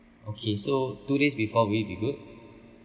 okay so two days before will it be good